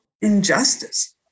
injustice